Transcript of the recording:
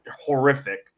horrific